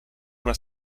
una